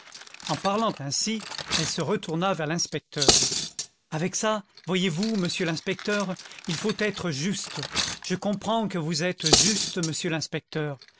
en parlant ainsi elle se retourna vers l'inspecteur avec ça voyez-vous monsieur l'inspecteur il faut être juste je comprends que vous êtes juste monsieur l'inspecteur